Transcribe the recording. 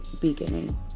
beginning